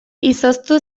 izoztu